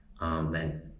Amen